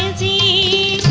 the